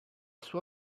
sua